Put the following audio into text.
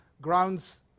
grounds